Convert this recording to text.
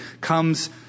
comes